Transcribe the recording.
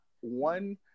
one